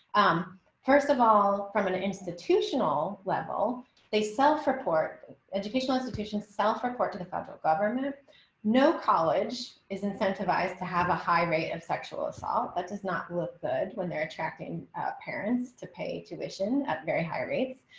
um first of all, from an institutional level they self report educational institution self report to the federal government no college is incentivized to have a high rate of sexual assault, but does not look good when they're attracting parents to pay tuition at very high rates.